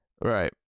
Right